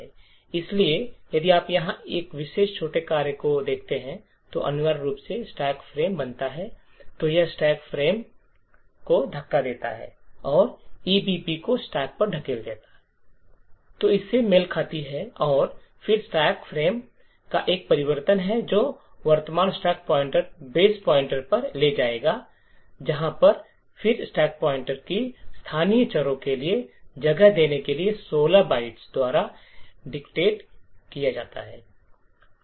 इसलिए यदि आप यहां इस विशेष छोटे कार्य को देखते हैं जो अनिवार्य रूप से स्टैक फ्रेम बनाता है तो यह स्टैक फ्रेम पॉइंटर को धक्का देता है ईबीपी को स्टैक पर धकेलता है जो इससे मेल खाती है और फिर स्टैक फ्रेम का एक परिवर्तन है जो वर्तमान स्टैक पॉइंटर बेस पॉइंटर पर ले जाया जाता है और फिर स्टैक पॉइंटर को स्थानीय चरों के लिए जगह देने के लिए 16 बाइट द्वारा डिट्रेक्ट किया जाता है